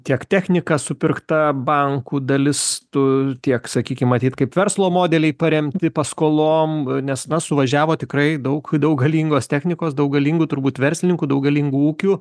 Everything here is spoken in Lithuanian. tiek technika supirkta bankų dalis tų tiek sakykim matyt kaip verslo modeliai paremti paskolom nes na suvažiavo tikrai daug daug galingos technikos daug galingų turbūt verslininkų daug galingų ūkių